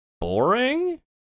boring